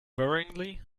worryingly